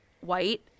white